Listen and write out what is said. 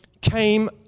came